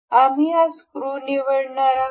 आम्ही हा स्क्रू निवडणार आहोत